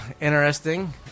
Interesting